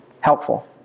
helpful